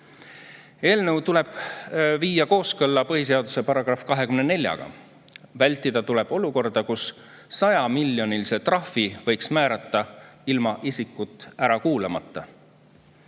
Eelnõu tuleb viia kooskõlla põhiseaduse §‑ga 24. Vältida tuleb olukorda, kus näiteks 100-miljonilise trahvi võiks määrata ilma isikut ära kuulamata.